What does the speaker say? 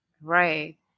Right